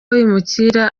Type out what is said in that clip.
abimukira